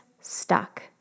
stuck